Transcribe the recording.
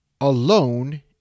alone